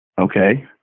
Okay